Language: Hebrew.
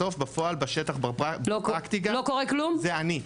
בסוף, בפועל, בשטח, בפרקטיקה זה אני.